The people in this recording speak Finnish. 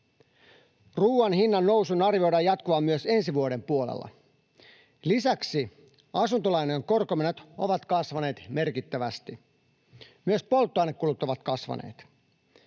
Ruuan hinnan nousun arvioidaan jatkuvan myös ensi vuoden puolella. Lisäksi asuntolainojen korkomenot ovat kasvaneet merkittävästi. Myös polttoainekulut ovat kasvaneet.